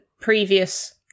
previous